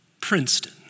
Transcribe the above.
Princeton